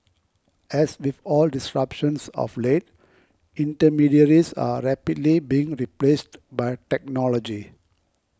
as with all disruptions of late intermediaries are rapidly being replaced by technology